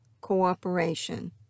cooperation